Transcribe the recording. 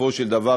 בסופו של דבר,